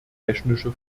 technische